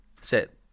Sit